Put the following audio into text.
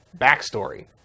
backstory